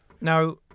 Now